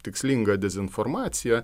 tikslingą dezinformaciją